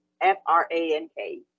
F-R-A-N-K